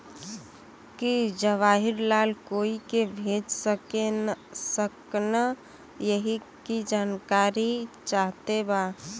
की जवाहिर लाल कोई के भेज सकने यही की जानकारी चाहते बा?